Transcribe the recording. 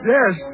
Yes